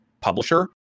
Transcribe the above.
publisher